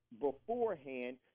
beforehand